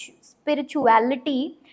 spirituality